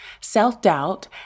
self-doubt